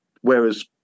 Whereas